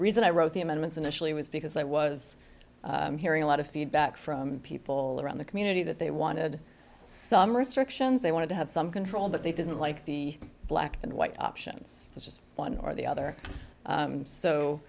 reason i wrote the amendments initially was because i was hearing a lot of feedback from people around the community that they wanted some restrictions they wanted to have some control but they didn't like the black and white options just one or the other